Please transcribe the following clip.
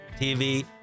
TV